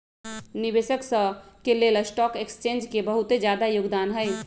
निवेशक स के लेल स्टॉक एक्सचेन्ज के बहुत जादा योगदान हई